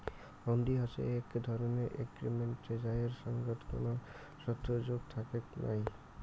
হুন্ডি হসে এক ধরণের এগ্রিমেন্ট যাইর সঙ্গত কোনো শর্ত যোগ থাকেক নাই